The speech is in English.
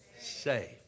saved